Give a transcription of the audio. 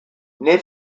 nel